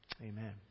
Amen